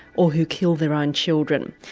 or who kill their own children.